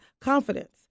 confidence